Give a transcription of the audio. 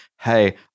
hey